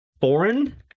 foreign